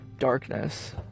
darkness